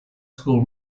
school